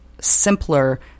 simpler